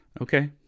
okay